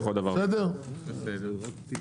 שיהיה כתוב מועד.